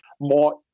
more